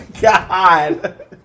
god